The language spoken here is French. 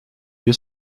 lieu